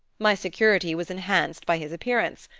my security was enhanced by his appearance.